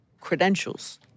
credentials